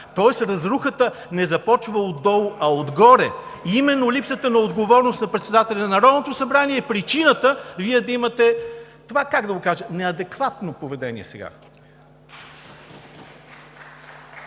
тоест разрухата не започва отдолу, а отгоре и именно липсата на отговорност на председателя на Народното събрание е причината Вие да имате, това, как да го кажа – неадекватно поведение, сега.